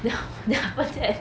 then then after that